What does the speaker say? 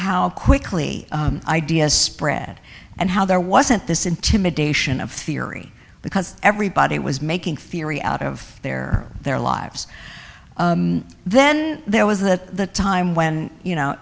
how quickly ideas spread and how there wasn't this intimidation of theory because everybody was making theory out of their their lives then there was the time when you know